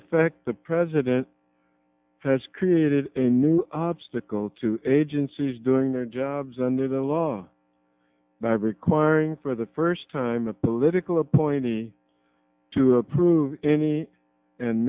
effect the president has created a new obstacle to agencies doing their jobs under the law by requiring for the first time a political appointee to approve any and